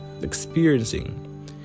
experiencing